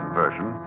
version